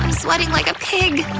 sweating like a pig!